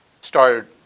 started